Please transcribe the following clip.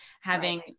having-